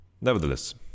Nevertheless